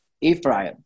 Ephraim